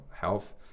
health